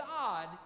God